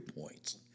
points